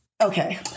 okay